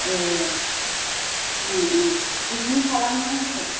ए बिदिनो खालामनांसिगोन